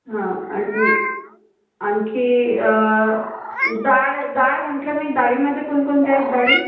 हं आणि आणखी डाळ डाळ म्हटलं मी डाळीमध्ये कोणकोणत्या आहेत डाळी